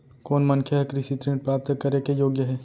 कोन मनखे ह कृषि ऋण प्राप्त करे के योग्य हे?